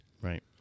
Right